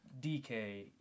DK